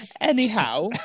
anyhow